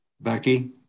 becky